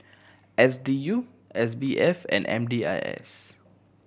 S D U S B F and M D I S